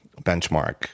benchmark